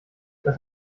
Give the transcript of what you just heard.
das